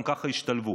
גם ככה ישתלבו.